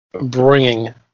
bringing